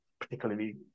particularly